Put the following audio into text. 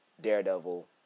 Daredevil